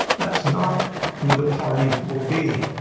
that's not who the party will be.